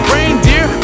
Reindeer